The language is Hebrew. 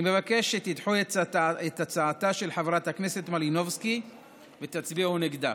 אני מבקש שתדחו את הצעתה של חברת הכנסת מלינובסקי ותצביעו נגדה.